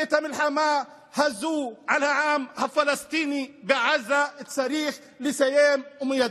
ואת המלחמה הזאת על העם הפלסטיני בעזה צריך לסיים ומייד.